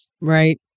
Right